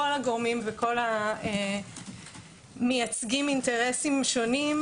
הגורמים וכל המייצגים אינטרסים שונים,